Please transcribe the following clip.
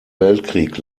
weltkrieg